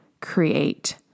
create